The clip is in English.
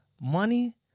money